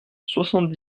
soixante